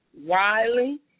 Wiley